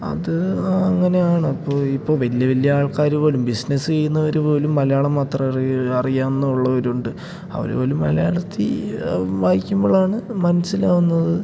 അത് ആ അങ്ങനെയാണപ്പോൾ ഇപ്പോൾ വലിയ വലിയാൾക്കാർ പോലും ബിസിനസ്സ് ചെയ്യുന്നവർ പോലും മലയാളം മാത്രമറി അറിയാമെന്നുള്ളവരുണ്ട് അവർ പോലും മലയാളത്തിൽ വായിക്കുമ്പോഴാണ് മനസ്സിലാകുന്നത്